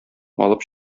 алып